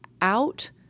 out